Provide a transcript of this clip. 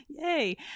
Yay